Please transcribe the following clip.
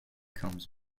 comes